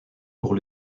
pour